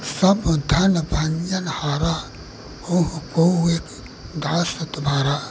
सब धन भन्जन हारा होइहु कोउ एक दास तुम्हारा